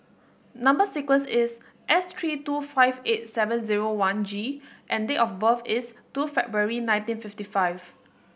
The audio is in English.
number sequence is S three two five eight seven zero one G and date of birth is two February nineteen fifty five